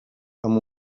amb